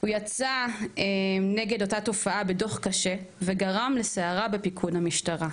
הוא יצא נגד אותה תופעה בדוח קשה וגרם לסערה בפיקוד המשטרה.